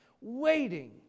waiting